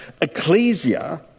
ecclesia